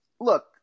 look